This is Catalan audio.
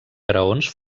graons